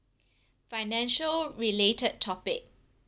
financial related topic